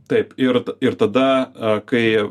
taip ir ir tada kai